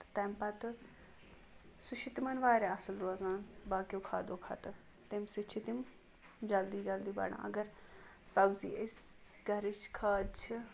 تہٕ تَمہِ پَتہٕ سُہ چھِ تِمَن واریاہ اَصٕل روزان باقٕیو کھادو کھۄتہٕ تمہِ سۭتۍ چھِ تِم جلدی جلدی بَڑان اگر سبزی أسۍ گَرٕچ کھاد چھِ